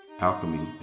alchemy